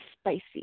Spicy